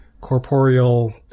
corporeal